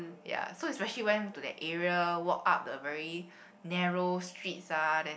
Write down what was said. ya so especially went to that area walk up the very narrow streets ah then